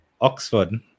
oxford